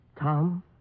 Tom